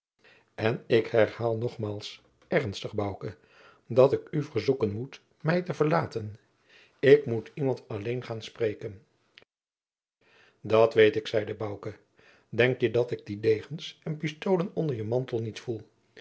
en ik herhaal nogmaals ernstig bouke dat ik u verzoeken moet mij te verlaten ik moet iemand alleen gaan spreken dat weet ik zeide bouke denk je dat ik die degens en pistolen onder je mantel niet voel